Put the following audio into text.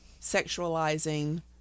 sexualizing